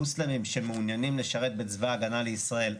מוסלמים שמעוניינים לשרת בצבא-הגנה-לישראל,